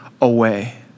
away